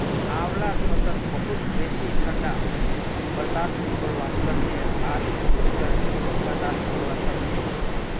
आंवलार फसल बहुत बेसी ठंडा बर्दाश्त करवा सखछे आर बहुत गर्मीयों बर्दाश्त करवा सखछे